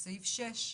סעיף 6,